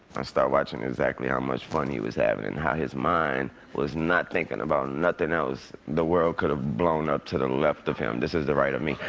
i started watching exactly how much fun he was having, and how his mind was not thinking about nothing else. the world could have blown up to the left of him. this is the right of me.